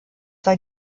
sei